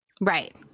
Right